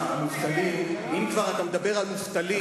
אם כבר אתה מדבר על מובטלים,